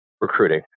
recruiting